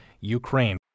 Ukraine